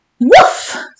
Woof